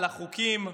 לחוקים,